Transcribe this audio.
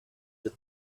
the